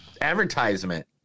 advertisement